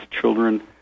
children